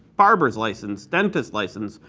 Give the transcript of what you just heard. barber's licences, dentist's licenses,